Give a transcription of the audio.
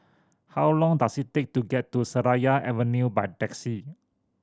how long does it take to get to Seraya Avenue by taxi